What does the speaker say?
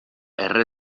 erre